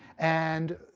and,